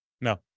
No